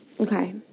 Okay